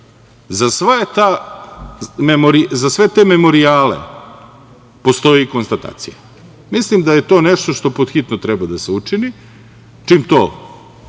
za sve te memorijale postoji konstatacija. Mislim da je to nešto što pod hitno treba da se učini, čim to